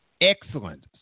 Excellent